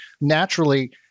Naturally